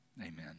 amen